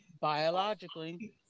Biologically